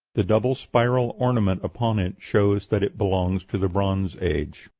the double spiral ornament upon it shows that it belongs to the bronze age.